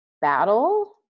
battle